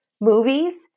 movies